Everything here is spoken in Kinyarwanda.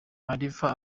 mariva